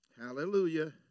Hallelujah